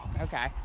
Okay